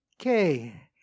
Okay